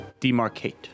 Demarcate